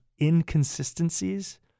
inconsistencies